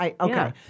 Okay